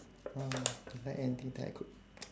oh you like anything that I cook